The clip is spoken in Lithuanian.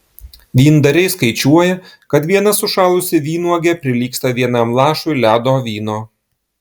vyndariai skaičiuoja kad viena sušalusi vynuogė prilygsta vienam lašui ledo vyno